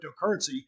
cryptocurrency